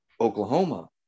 Oklahoma